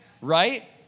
right